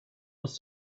was